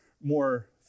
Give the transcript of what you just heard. more